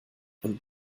und